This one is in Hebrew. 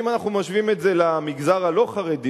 אם אנחנו משווים את זה למגזר הלא-חרדי,